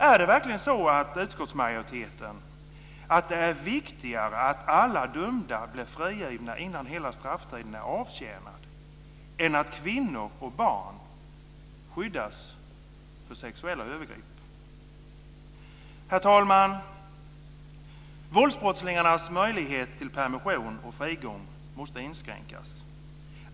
Är det verkligen så för utskottsmajoriteten att det är viktigare att alla dömda blir frigivna innan hela strafftiden är avtjänad än att kvinnor och barn skyddas från sexuella övergrepp? Herr talman! Våldsbrottslingars möjlighet till permission och frigång måste inskränkas.